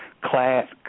class